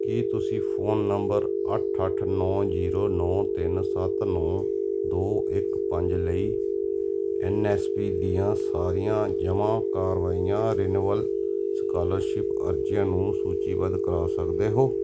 ਕੀ ਤੁਸੀਂ phone number ਅੱਠ ਅੱਠ ਨੌਂ ਜ਼ੀਰੋ ਨੌਂ ਤਿੰਨ ਸੱਤ ਨੌਂ ਦੋ ਇੱਕ ਪੰਜ ਲਈ ਐਨ ਐਸ ਪੀ ਦੀਆਂ ਸਾਰੀਆਂ ਜਮ੍ਹਾਂ ਕਰਵਾਈਆਂ ਰਿਨਿਵੇਲ ਸਕਾਲਰਸ਼ਿਪ ਅਰਜ਼ੀਆਂ ਨੂੰ ਸੂਚੀਬੱਧ ਕਰਵਾ ਸਕਦੇ ਹੋ